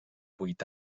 vuit